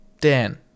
Dan